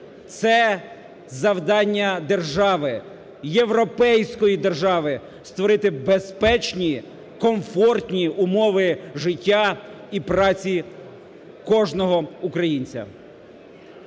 Це завдання держави, європейської держави створити безпечні, комфортні умови життя і праці кожного українця.